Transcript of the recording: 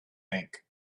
think